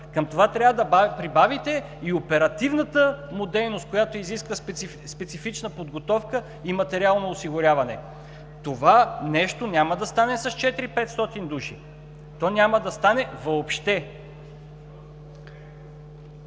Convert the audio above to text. Към това трябва да прибавите и оперативната му дейност, която изисква специфична подготовка и материално осигуряване. Това нещо няма да стане с 400 – 500 души. То няма да стане въобще!